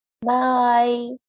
bye